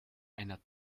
einer